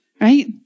Right